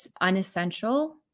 unessential